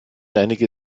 einige